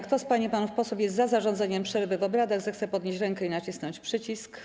Kto z pań i panów posłów jest za zarządzeniem przerwy w obradach, zechce podnieść rękę i nacisnąć przycisk.